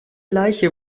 leiche